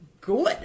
good